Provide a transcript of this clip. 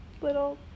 Little